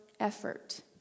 effort